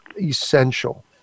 essential